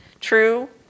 true